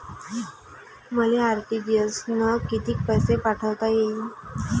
मले आर.टी.जी.एस न कितीक पैसे पाठवता येईन?